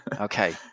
okay